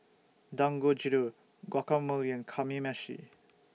Dangojiru Guacamole Kamameshi